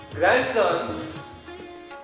Grandsons